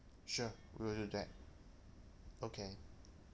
sure will do that okay